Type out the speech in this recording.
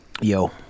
yo